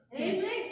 Amen